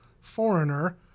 foreigner